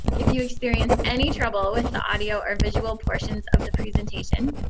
if you experience any trouble with the audio or visual portions of the presentation,